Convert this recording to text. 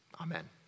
Amen